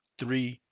three,